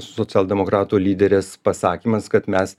socialdemokratų lyderės pasakymas kad mes